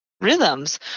rhythms